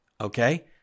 Okay